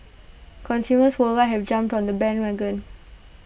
consumers worldwide have jumped on the bandwagon